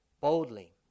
boldly